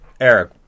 Eric